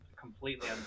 completely